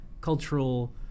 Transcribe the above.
cultural